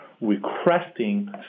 requesting